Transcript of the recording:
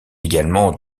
également